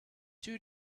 two